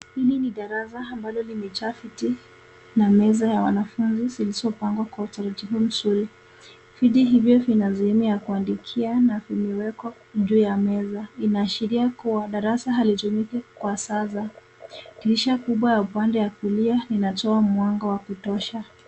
Hili ni darasa ambalo limejaa viti na meza ya wanafunzi zilizopangwa kwa utaratibu mzuri. Viti hivyo vina sehemu ya kuandikia na vimewekwa juu ya meza. Inaashiria kuwa darasa halitumiki kwa sasa. Dirisha kubwa ya upande wa kulia linatoa mwanga wa kutosha.